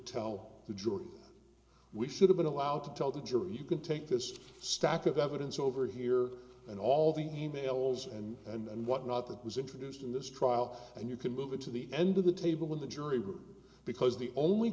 tell the jury we should have been allowed to tell the jury you can take this stack of evidence over here and all the e mails and and whatnot that was introduced in this trial and you can move it to the end of the table in the jury room because the only